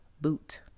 boot